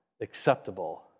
acceptable